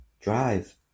drive